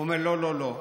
הוא אומר: לא, לא, לא.